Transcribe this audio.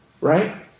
right